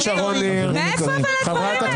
מאיפה הדברים האלה?